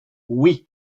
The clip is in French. oui